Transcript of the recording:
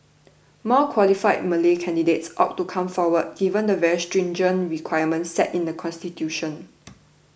more qualified Malay candidates ought to come forward given the very stringent requirements set in the constitution